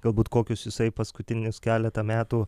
galbūt kokius jisai paskutinius keletą metų